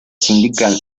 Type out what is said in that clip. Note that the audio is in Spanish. sindical